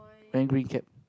then green cap